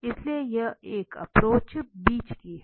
इसलिए यह एप्रोच बीच की है